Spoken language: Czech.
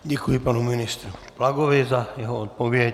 Děkuji panu ministru Plagovi za jeho odpověď.